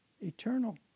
eternal